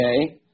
okay